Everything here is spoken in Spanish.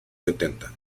sesenta